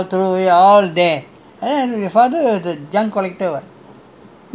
you I can see all the cupboard and all the fellow don't want to throw away all there